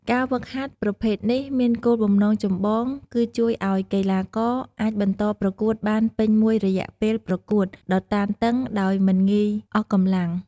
ការហ្វឹកហាត់ប្រភេទនេះមានគោលបំណងចម្បងគឺជួយឲ្យកីឡាករអាចបន្តប្រកួតបានពេញមួយរយៈពេលប្រកួតដ៏តានតឹង ដោយមិនងាយអស់កម្លាំង។